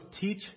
teach